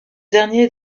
dernier